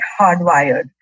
hardwired